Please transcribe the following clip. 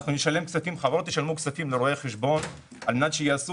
חברות ישלמו כספים לרואי חשבון על מעט שיעשו